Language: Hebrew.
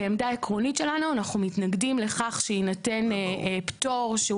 כעמדה עקרונית שלנו אנחנו מתנגדים לכך שיינתן פטור שהוא